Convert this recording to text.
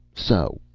so.